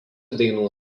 dainų